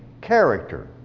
character